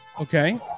Okay